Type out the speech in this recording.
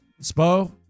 Spo